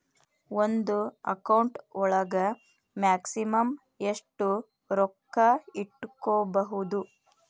ಒಂದು ಅಕೌಂಟ್ ಒಳಗ ಮ್ಯಾಕ್ಸಿಮಮ್ ಎಷ್ಟು ರೊಕ್ಕ ಇಟ್ಕೋಬಹುದು?